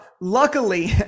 luckily